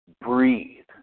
breathe